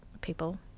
people